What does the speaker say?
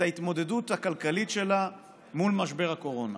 ההתמודדות הכלכלית שלה מול משבר הקורונה.